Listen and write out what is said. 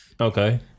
Okay